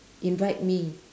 invite me